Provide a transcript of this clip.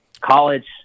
college